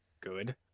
good